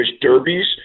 derbies